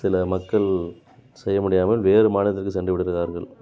சில மக்கள் செய்யமுடியாமல் வேறு மாநிலத்திற்கு சென்று விடுகிறார்கள்